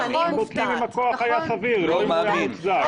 האמת שזה מדהים, אני חייבת להגיד שאני מופתעת.